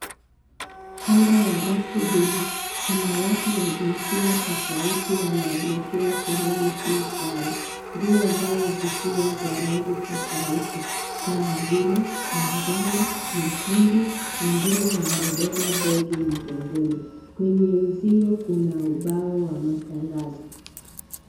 Kando ya basi hili kuna watu wa jinsia tofauti wanaelekea sehemu si sawa. Nguo zao zikiwa za rangi tofauti kama vile manjano, nyekundu, wengine wamebeba begi mgongoni kwenye uzio kuna ubao wa matangazo.